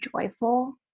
joyful